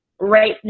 right